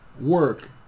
Work